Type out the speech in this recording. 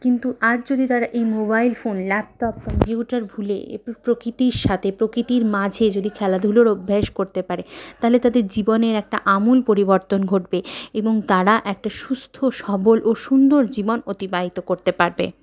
কিন্তু আজ যদি তারা এই মোবাইল ফোন ল্যাপটপ কম্পিউটার ভুলে একটু প্রকৃতির সাথে প্রকৃতির মাঝে যদি খেলাধুলোর অভ্যেস করতে পারে তাহলে তাদের জীবনে একটা আমুল পরিবর্তন ঘটবে এবং তারা একটা সুস্থ সবল ও সুন্দর জীবন অতিবাহিত করতে পারবে